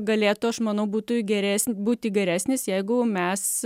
galėtų aš manau būtų geres būti geresnis jeigu mes